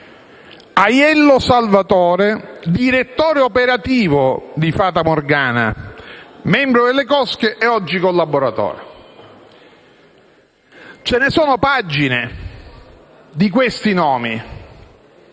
Aiello Salvatore, direttore operativo di Fata Morgana, membro delle cosche e oggi collaboratore. Ci sono pagine intere di questi nomi: